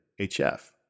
HF